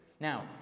Now